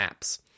apps